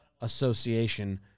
association